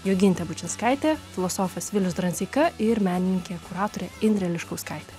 jogintė bučinskaitė filosofas vilius dranseika ir menininkė kuratorė indrė liškauskaitė